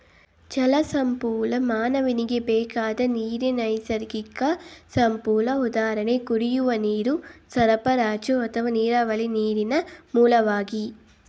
ಜಲಸಂಪನ್ಮೂಲ ಮಾನವನಿಗೆ ಬೇಕಾದ ನೀರಿನ ನೈಸರ್ಗಿಕ ಸಂಪನ್ಮೂಲ ಉದಾಹರಣೆ ಕುಡಿಯುವ ನೀರು ಸರಬರಾಜು ಅಥವಾ ನೀರಾವರಿ ನೀರಿನ ಮೂಲವಾಗಿ